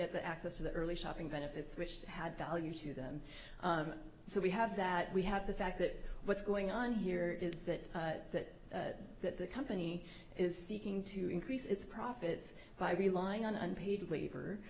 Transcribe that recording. get the access to the early shopping benefits which had value to them so we have that we have the fact that what's going on here is that that that the company is seeking to increase its profits by relying on unpaid